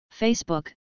Facebook